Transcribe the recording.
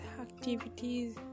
activities